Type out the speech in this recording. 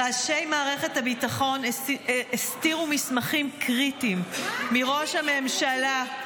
ראשי מערכת הביטחון הסתירו מסמכים קריטיים מראש הממשלה.